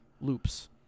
loops